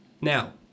Now